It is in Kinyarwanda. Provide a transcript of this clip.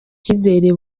icyizere